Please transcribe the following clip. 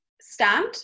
stand